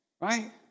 right